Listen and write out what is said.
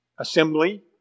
assembly